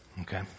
Okay